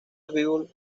people